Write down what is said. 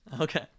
Okay